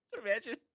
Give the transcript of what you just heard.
Imagine